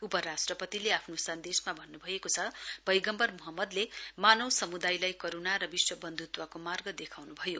उपराष्ट्रपतिले आफ्नो सन्देशमा भन्नुभएको छ पैगम्वर मोहम्मदले मानव समुदायलाई करुणा र विश्व बन्धुत्वको मार्ग देखाउनुभयो